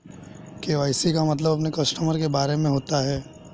KYC का मतलब अपने कस्टमर के बारे में होता है